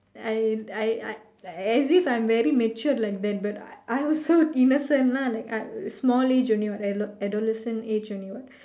I'll I I as if I'm very matured like that but I also innocent lah like I small age only what adol~ adolescent age only what